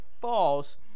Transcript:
false